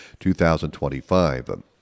2025